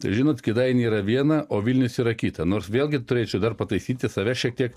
žinot kėdainiai yra viena o vilnius yra kita nors vėlgi turėčiau dar pataisyti save šiek tiek